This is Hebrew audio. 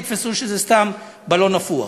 יתפסו שזה סתם בלון נפוח.